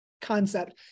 concept